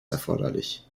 erforderlich